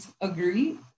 agree